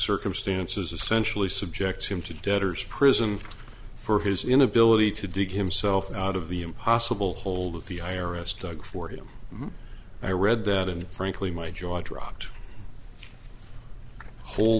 circumstances essentially subject him to debtors prison for his inability to dig himself out of the impossible hold with the i r s dug for him i read that and frankly my jaw dropped hold